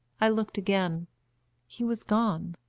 i looked again he was gone.